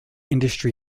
industry